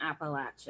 Appalachia